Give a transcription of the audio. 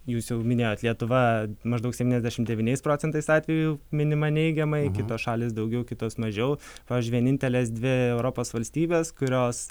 jūs jau minėjot lietuva maždaug septyniasdešim devyniais procentais atvejų minima neigiamai kitos šalys daugiau kitos mažiau pavyzdžiui vienintelės dvi europos valstybės kurios